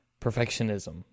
perfectionism